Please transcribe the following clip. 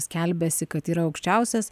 skelbiasi kad yra aukščiausias